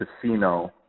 Casino